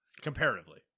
comparatively